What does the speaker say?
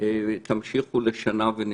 תמשיכו לשנה ונראה.